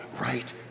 right